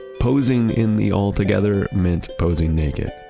posing in the altogether meant posing naked.